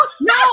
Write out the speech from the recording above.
no